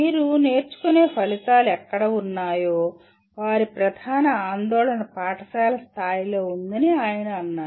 మీకు నేర్చుకునే ఫలితాలు ఎక్కడ ఉన్నాయో వారి ప్రధాన ఆందోళన పాఠశాల స్థాయిలో ఉందని ఆయన అన్నారు